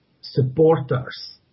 supporters